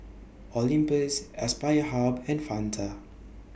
Olympus Aspire Hub and Fanta